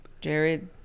Jared